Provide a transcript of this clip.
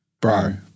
Bro